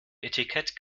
etikett